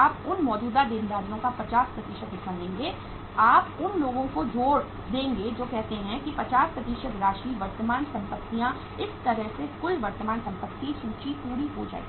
आप उन मौजूदा देनदारियों का 50 हिस्सा लेंगे आप उन लोगों को जोड़ देंगे जो कहते हैं कि 50 राशि वर्तमान संपत्तियाँ इस तरह से कुल वर्तमान संपत्ति सूची पूरी हो जाएगी